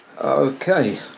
Okay